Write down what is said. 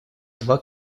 два